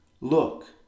Look